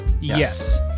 yes